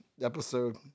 episode